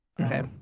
Okay